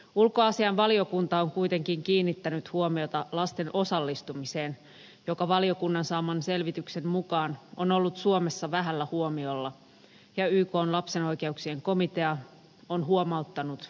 ulkoasiainvaliokunta on kuitenkin kiinnittänyt huomiota lasten osallistumiseen joka valiokunnan saaman selvityksen mukaan on ollut suomessa vähällä huomiolla ja ykn lapsen oikeuksien komitea on huomauttanut suomea asiasta